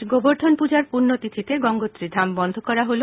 আজ গোবর্দ্ধন পূজার পুণ্য তিখিতে গঙ্গোত্রী ধাম বন্ধ করা হলো